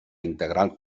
integral